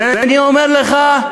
ואני אומר לך: